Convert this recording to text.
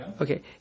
okay